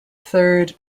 third